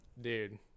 Dude